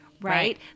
right